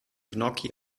gnocchi